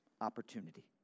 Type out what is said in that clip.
opportunity